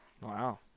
Wow